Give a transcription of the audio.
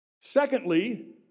Secondly